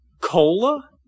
cola